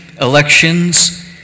elections